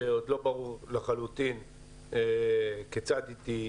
שעוד לא ברור לחלוטין כיצד היא תיבנה.